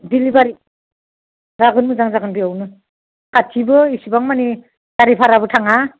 delivery जागोन मोजां जागोन बेयावनो खाथिबो इसेबां माने गारि भाराबो थाङा